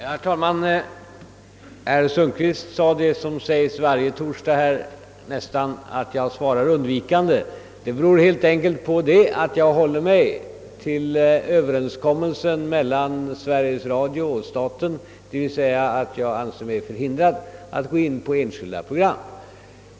Herr talman! Herr Sundkvist sade vad som sägs nästan varje torsdag här, nämligen att jag svarar undvikande. Det beror helt enkelt på att jag håller mig till överenskommelsen mellan Sveriges Radio och staten, d.v.s. att jag anser mig förhindrad att gå in på en diskussion av enskilda program.